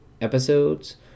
episodes